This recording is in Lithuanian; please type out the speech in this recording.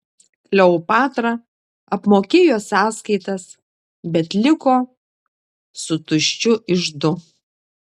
kleopatra apmokėjo sąskaitas bet liko su tuščiu iždu